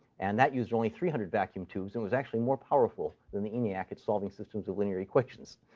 and that used only three hundred vacuum tubes and was actually more powerful than the eniac at solving systems of linear equations.